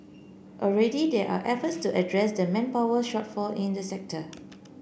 already there are efforts to address the manpower shortfall in the sector